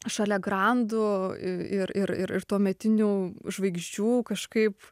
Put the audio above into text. šalia grandų ir ir ir tuometinių žvaigždžių kažkaip